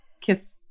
kiss